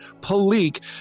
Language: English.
Palik